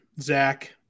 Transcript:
Zach